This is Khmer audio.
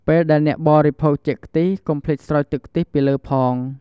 ពេលដែលអ្នកបរិភោគចេកខ្ទិះ កុំភ្លេចស្រោចទឺកខ្ទិះពីលើផង។